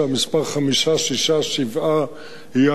אני חושב שהמספר חמישה-שישה-שבעה יהיה